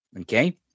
Okay